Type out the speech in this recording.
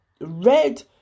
red